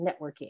networking